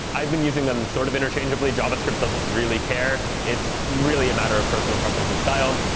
i've been using them sort of interchangeably. javascript doesn't really care. it's really a matter of personal preference and style.